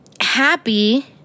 happy